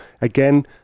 again